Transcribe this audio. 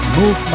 move